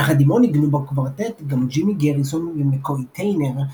יחד עמו ניגנו בקוורטט גם ג'ימי גאריסון ומק'קוי טיינר,